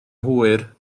hwyr